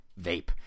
vape